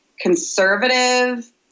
conservative